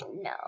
No